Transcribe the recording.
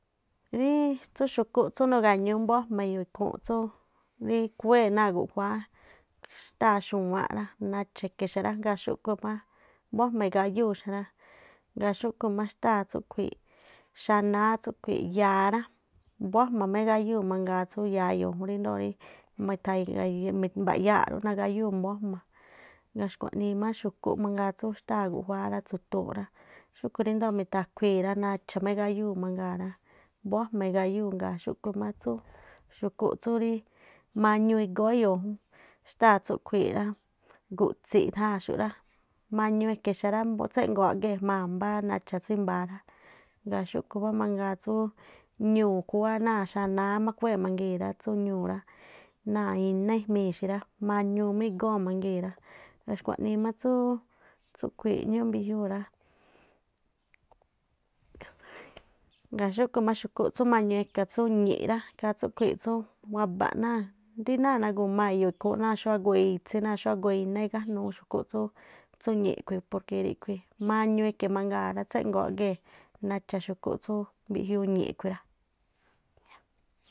Rí tsú xu̱kúꞌ tsú nuga̱ñúú mbóa ajma eyo̱o̱ ikhúnꞌ tsuꞌ rí khúwée̱ náa̱ guꞌjuáá xtáa̱ xu̱wáánꞌ rá, nacha̱ e̱ge̱ xará, ngaa̱ xu̱ꞌku̱maxtáa̱ tsúꞌkhui̱i̱ xá náá tsúkhui̱i̱ ya̱a rá, mbó ajma̱ me egayuu̱ mangaa tsún ya̱a e̱yo̱̱o̱ jún rí ríndoo̱ rí mba̱ꞌyaa̱ꞌ rúꞌ nagáyúu̱ mbóó a̱jma̱. Gaa̱ xúꞌkhui̱ má xu̱kúꞌ mangaa tsú xtáa̱ guꞌjuáá rá tsu̱tuun rá xú̱khui̱ ríndo̱o mithakhui̱i̱ rá nacha má igáyúu̱ mangaa̱ rá, mbó ajma igáyúu̱. Ngaa̱̱ xúꞌkhu̱ má tsú xu̱kúꞌ tsú rímañuu igóó e̱yo̱o̱ jún xtáa̱ tsúꞌkhui̱ rá, gu̱tsi̱ꞌ itháa̱n eyo̱o̱ jún, mañuuu eke̱ xa rá, tséꞌngo̱o̱ áꞌgee̱ nacha̱ jma̱a tsú imba̱a̱ rá. Ngaa̱ xúꞌkhu̱ má mangaa ñuu̱ tsú khúwá náa̱ xanáá má khúwe mangii̱n rá tsú ñuu̱ rá, náa̱ iná ejmii̱ xi rá mañuu má igóo̱ mangii̱n rá. Ngaa̱ xkuaꞌnii má tsúú tsúꞌkhui̱ ñúúꞌ mbiꞌjñúu̱ rá. ngaa̱ xúꞌkhu̱ má xu̱kúꞌ tsú mañuu e̱ka̱ rá, tsú ñi̱ꞌ rá, ikhaa tsúkhui̱ tsú wabaꞌ náa̱, rí náa̱ nagu̱maa̱ e̱yo̱o̱ ikhúún náa̱ xú agoo itsí, náa̱ agoo iná igájnuu xkúꞌ tsú ñi̱ꞌ, por que mañuu e̱ke̱ mangaa̱ rá, mañuu e̱ke̱ mangaa rá tséngo̱o̱ áꞌga nacha̱ xúkúꞌ tsú mbiꞌjiuu ñi̱ꞌ kui̱ rá.